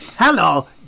Hello